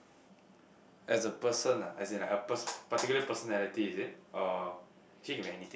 S>